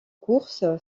course